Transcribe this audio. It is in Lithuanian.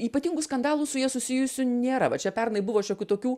ypatingų skandalų su ja susijusių nėra va čia pernai buvo šiokių tokių